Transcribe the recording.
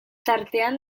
tartean